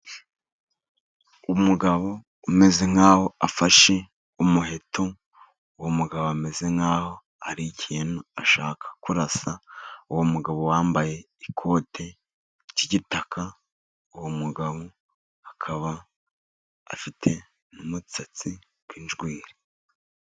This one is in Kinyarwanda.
Umugabo umeze nkaho afashe umuheto. Uwo mugabo ameze nkaho hari ikintu ashaka kurasa, uwo mugabo wambaye ikote ry'igitaka, uwo mugabo akaba afite umusatsi w'injwiri.